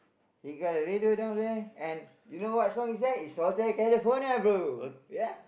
you got a radio down there and you know what song is that it's Hotel California bro ya